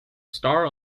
star